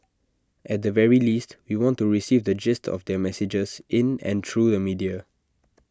at the very least we want to receive the gist of their messages in and through the media